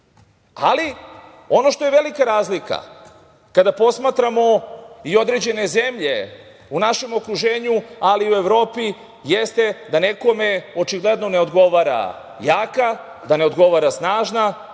Srbije. Ono što je velika razlika kada posmatramo i određene zemlje u našem okruženju, ali i u Evropi, jeste da nekome očigledno ne odgovara jaka, da ne odgovara snažna,